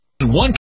one